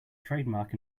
trademark